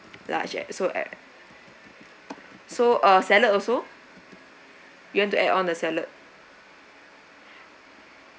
large add so add so uh salad also you want to add on the salad